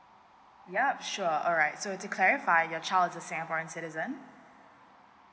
yup sure alright so to clarify your child is a singaporean citizen